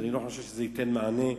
ואני לא חושב שזה ייתן מענה.